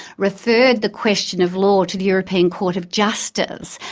referred the question of law to the european court of justice,